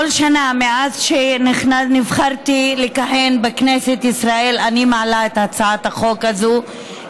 כל שנה מאז שנבחרתי לכהן בכנסת ישראל אני מעלה את הצעת החוק הזאת,